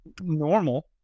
normal